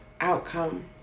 outcome